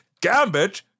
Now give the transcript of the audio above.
Gambit